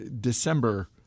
December